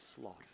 slaughter